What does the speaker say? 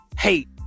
Hate